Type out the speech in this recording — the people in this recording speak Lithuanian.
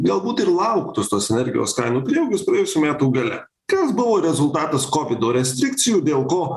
galbūt ir lauktus tos energijos kainų prieaugius praėjusių metų gale kas buvo rezultatas kovido restrikcijų dėl ko